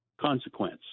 consequence